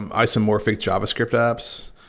isomorphic javascript apps.